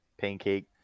Pancake